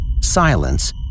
Silence